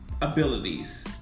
abilities